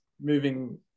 moving